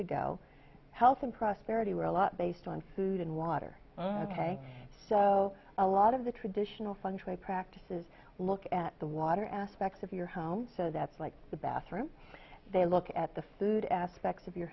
ago health and prosperity were a lot based on food and water ok so a lot of the traditional fungi practices look at the water aspects of your home so that's like the bathroom they look at the food aspects of your